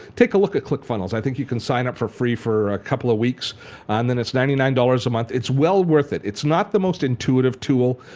take a look at clickfunnels. i think you could sign up for free for a couple of weeks and then it's ninety nine dollars a month. it's well worth it. it's not the most intuitive tool,